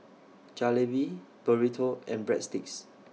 Jalebi Burrito and Breadsticks